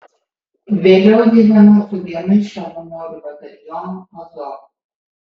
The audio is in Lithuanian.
vėliau gyvenau su vienu iš savanorių batalionų azov